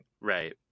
Right